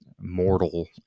mortal